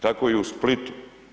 Tako i u Splitu.